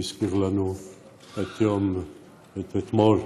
שהזכיר לנו את אתמול,